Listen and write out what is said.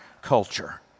culture